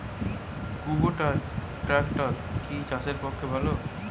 কুবটার ট্রাকটার কি চাষের পক্ষে ভালো?